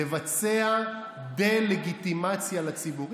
לבצע דה-לגיטימציה לציבור.